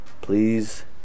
please